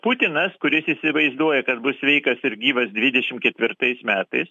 putinas kuris įsivaizduoja kad bus sveikas ir gyvas dvidešim ketvirtais metais